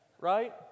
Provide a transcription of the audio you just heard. right